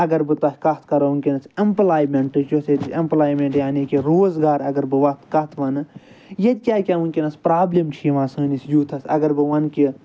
اگر بہٕ تۄہہِ کتھ کرو وٕنۍکٮ۪نَس اٮ۪مپلایمنٹٕچ یۄس ییٚتہِ اٮ۪مپلایمنٹ یعنی کہِ روزگار اگر بہٕ وَتھٕ کتھ وَنہٕ ییٚتہِ کیاہ کیاہ وٕنۍکٮ۪نَس پرابلم چھِ یِوان سٲنِس یوٗتھَس اگر بہٕ وَنہٕ کہِ